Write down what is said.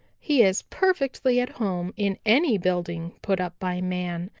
he is perfectly at home in any building put up by man,